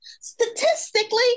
statistically